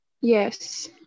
Yes